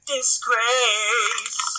Disgrace